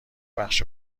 بخش